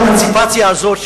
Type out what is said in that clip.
האמנציפציה הזאת,